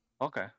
okay